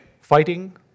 Fighting